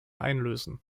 einlösen